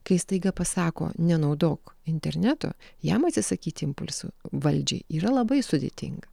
kai staiga pasako nenaudok interneto jam atsisakyt impulsų valdžiai yra labai sudėtinga